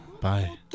Bye